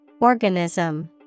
Organism